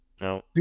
No